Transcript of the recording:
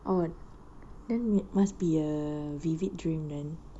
odd then we must be a vivid dream then